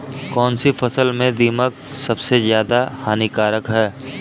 कौनसी फसल में दीमक सबसे ज्यादा हानिकारक है?